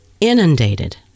inundated